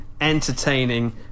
entertaining